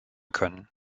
können